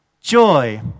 joy